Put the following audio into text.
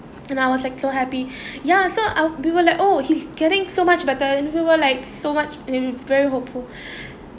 and I was like so happy ya so I we were like oh he's getting so much better and we were like so much and very hopeful